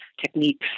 techniques